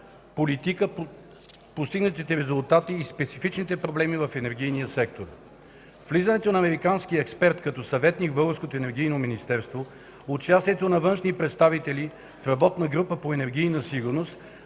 политика, постигнатите резултати и специфичните проблеми в енергийния сектор. Влизането на американски експерт като съветник в българското Енергийно министерство, участието на външни представители в работна група по енергийна сигурност